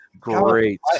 great